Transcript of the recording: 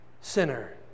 sinner